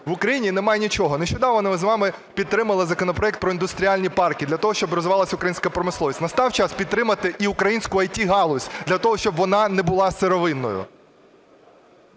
В Україні немає нічого. Нещодавно ми з вами підтримали законопроект про індустріальні парки для того, щоб розвивалась українська промисловість. Настав час підтримати і українську IT-газуль для того, щоб вона не була сировинною.